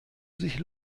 sich